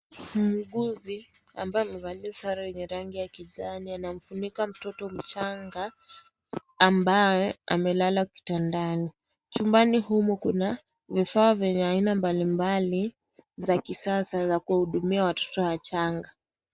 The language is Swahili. Muuguzi ambaye amevalia sare yenye rangi ya kijani anamfunika mtoto mchanga ambaye amelala kitandani chumbani humu kuna kifaa venye aina mbali mbali za kisasa za kuwahudumia watoto wachanga.